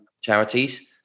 charities